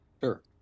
Sure